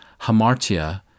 hamartia